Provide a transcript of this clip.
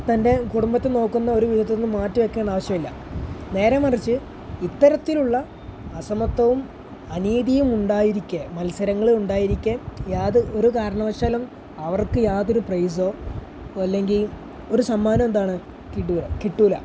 തൻ്റെ കുടുംബത്തെ നോക്കുന്ന ഒരു വിധത്തിൽ നിന്നും മാറ്റിവെക്കേണ്ട ആവിശ്യമില്ല നേരെമറിച്ച് ഇത്തരത്തിലുള്ള അസമത്വവും അനീതിയും ഉണ്ടായിരിക്കേ മത്സരങ്ങൾ ഉണ്ടായിരിക്കേ യാതൊരു കാരണവശാലം അവർക്ക് യാതൊരു പ്രൈസോ അല്ലെങ്കിൽ ഒരു സമ്മാനം എന്താണ് കിട്ടില്ല കിട്ടില്ല